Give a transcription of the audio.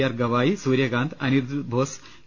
R Gavai Suryakant Anirudh boss A